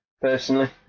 personally